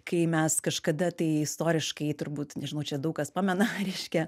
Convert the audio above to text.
kai mes kažkada tai istoriškai turbūt nežinau čia daug kas pamena reiškia